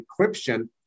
encryption